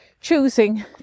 choosing